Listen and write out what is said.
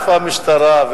איפה המשטרה?